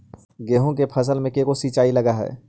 गेहूं के फसल मे के गो सिंचाई लग हय?